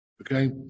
Okay